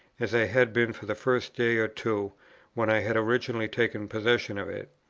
as i had been for the first day or two when i had originally taken possession of it.